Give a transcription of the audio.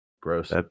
gross